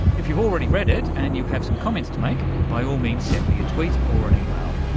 if you've already read it and you have some comments to make, by all means send me a tweet or an email,